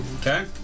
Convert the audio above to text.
Okay